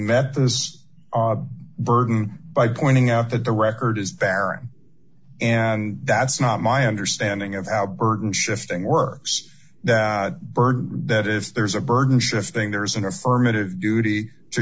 those burden by pointing out that the record is barren and that's not my understanding of how burden shifting works that burden that if there's a burden shifting there's an affirmative duty to